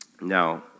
Now